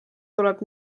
tuleb